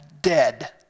dead